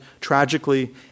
tragically